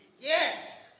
Yes